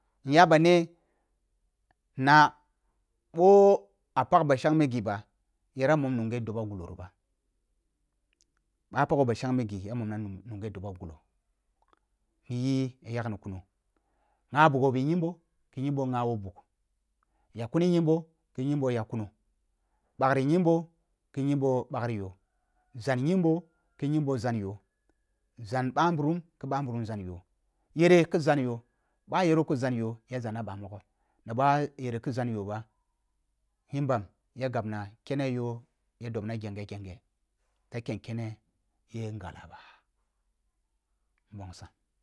Nya ba ne na boh a pag ba shangme ghiba ɓa paghi ghi ba shangme ya mom na nughe doba gulo ni yi ya yagni kuno ngha bugho bi nyimbo ki yimbo ngha ɓoh bugh ya kuni nyimbo ki nyimbo yak kuno ɓagri nyimbo ki nyimbo ɓagri yoh zan nyimbo ki nyimbo zan yoh zan ɓa nburum ki ɓamburum zan yoh yere ki zan yoh ɓa yero ki zan yoh ya zana ɓa mogho ɓa yere ki zan yoh ba yimbam ya gabna kene yoh ya gab na gyenge-gyenge ya ken-kene yeh ngana ba nbongsam.